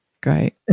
Great